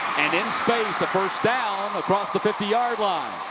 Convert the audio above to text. and in space, a first down across the fifty yard line.